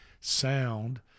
sound